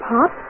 Pop